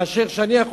מאשר לי.